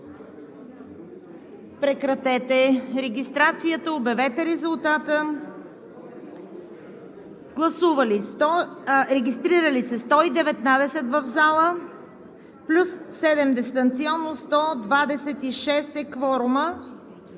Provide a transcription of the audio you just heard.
Прекратете регистрацията, обявете резултата. Регистрирали са се 119 в залата плюс 7 дистанционно: 126 е кворумът.